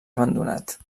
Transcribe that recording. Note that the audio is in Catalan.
abandonat